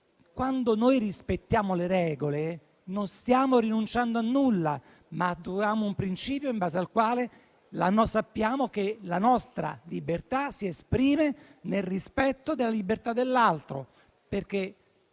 quando rispettiamo le regole non stiamo rinunciando a nulla, ma maturiamo un principio in base al quale sappiamo che la nostra libertà si esprime nel rispetto della libertà dell'altro,